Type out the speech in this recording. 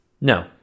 No